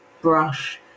brush